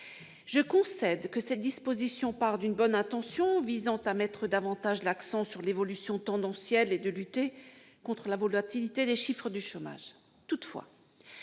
Je concède que cette décision part d'une bonne intention, visant à mettre davantage l'accent sur l'évolution tendancielle et à lutter contre la volatilité des chiffres du chômage. Toutefois,